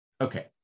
Okay